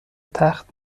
تخت